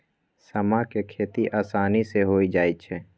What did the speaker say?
समा के खेती असानी से हो जाइ छइ